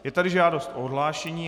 Je tady žádost o odhlášení.